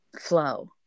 flow